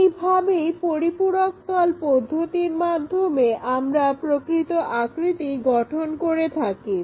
এই ভাবেই পরিপূরক তল পদ্ধতির মাধ্যমে আমরা প্রকৃত আকৃতি গঠন করে থাকি